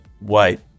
wait